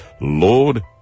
Lord